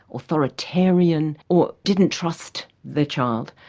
authoritarian, or didn't trust the child,